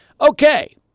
Okay